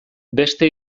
beste